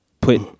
put